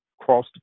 cross